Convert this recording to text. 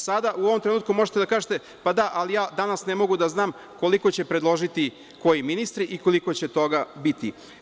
Sada, uvom trenutku, možete da kažete – pa da, ali ja danas ne mogu da znam koliko će predložiti koji ministri i koliko će toga biti.